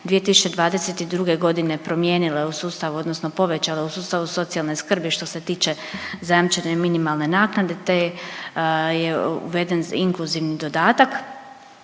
2022.g. promijenile u sustavu odnosno povećale u sustavu socijalne skrbi što se tiče zajamčene minimalne naknade, te je uveden inkluzivni dodatak,